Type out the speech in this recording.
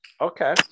Okay